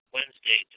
Wednesday